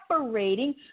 separating